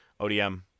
ODM